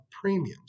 premiums